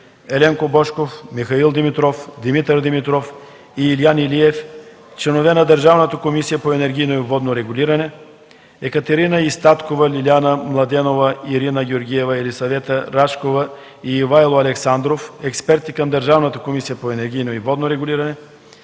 Еленко Божков, Михаил Димитров, Димитър Димитров и Илиян Илиев – членове на Държавната комисия по енергийно и водно регулиране, Екатерина Истаткова, Лиляна Младенова, Ирина Георгиева, Елисавета Рашкова и Ивайло Александров – експерти към Държавната комисия по енергийно и водно регулиране,